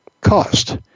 cost